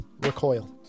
recoil